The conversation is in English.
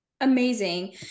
Amazing